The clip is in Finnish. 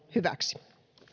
hyväksi